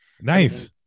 Nice